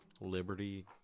Liberty